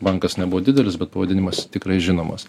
bankas nebuvo didelis bet pavadinimas tikrai žinomas